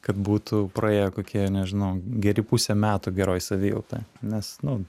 kad būtų praėję kokie nežinau geri pusę metų geroj savijautoj nes nu